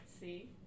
See